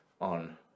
on